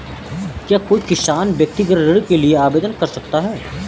क्या कोई किसान व्यक्तिगत ऋण के लिए आवेदन कर सकता है?